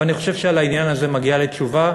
אבל אני חושב שעל העניין הזה מגיעה לי תשובה,